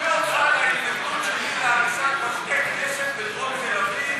אני מפנה אותך להתנגדות שלי להריסת בתי-כנסת בדרום תל-אביב.